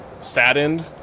saddened